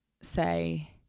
say